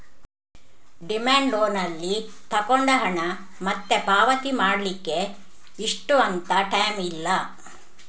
demand loan ಅಲ್ಲಿ ತಗೊಂಡ ಹಣ ಮತ್ತೆ ಪಾವತಿ ಮಾಡ್ಲಿಕ್ಕೆ ಇಷ್ಟು ಅಂತ ಟೈಮ್ ಇಲ್ಲ